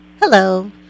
hello